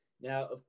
Now